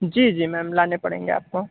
जी जी मैम लाने पड़ेंगे आपको